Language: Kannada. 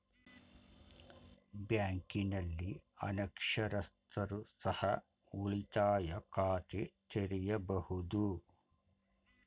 ಬ್ಯಾಂಕಿನಲ್ಲಿ ಅನಕ್ಷರಸ್ಥರು ಸಹ ಉಳಿತಾಯ ಖಾತೆ ತೆರೆಯಬಹುದು?